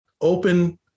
open